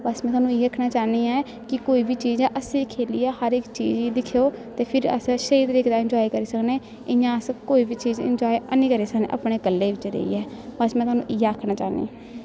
बस में थुआनूं इ'यै आखना चाह्न्नी ऐ कि कोई बी चीज ऐ हस्सियै खेल्लिये हर इक चीज गी दिक्खेओ ते फिर अस स्हेई तरीके दा इनजाए करी सकने इ'यां अस कोई बी चीज इनजाए हैन्नी करी सकने अपने कल्ले बिच्च रेहियै बस में थुहानूं इ'यै आखना चाहन्नीं